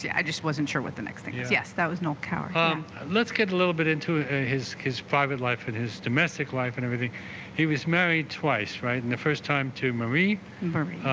yeah i just wasn't sure what the next thing is yes that was no coward um let's get a little bit into his his private life and his domestic life and everything he was married twice right and the first time to murray